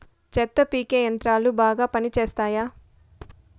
చెత్త పీకే యంత్రాలు బాగా పనిచేస్తాయా?